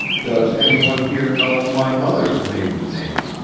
does any one here know my mother's maiden name?